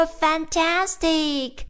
fantastic